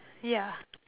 yeah